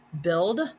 build